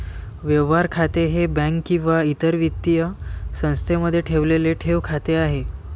व्यवहार खाते हे बँक किंवा इतर वित्तीय संस्थेमध्ये ठेवलेले ठेव खाते आहे